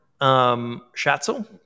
Shatzel